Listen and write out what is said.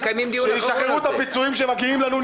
שישחררו את הפיצויים שמגיעים לנו,